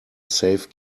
safe